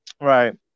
Right